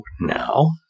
now